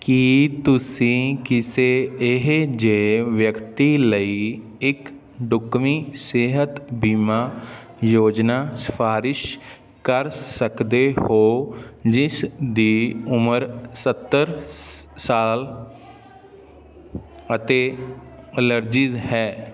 ਕੀ ਤੁਸੀਂ ਕਿਸੇ ਇਹੋ ਜਿਹੇ ਵਿਅਕਤੀ ਲਈ ਇੱਕ ਢੁਕਵੀਂ ਸਿਹਤ ਬੀਮਾ ਯੋਜਨਾ ਸਿਫਾਰਸ਼ ਕਰ ਸਕਦੇ ਹੋ ਜਿਸ ਦੀ ਉਮਰ ਸੱਤਰ ਸਾਲ ਅਤੇ ਅਲੈਰਜੀਸ ਹੈ